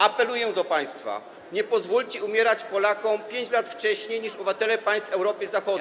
Apeluję do państwa: nie pozwólcie umierać Polakom 5 lat wcześniej niż obywatele państw Europy Zachodniej.